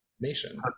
nation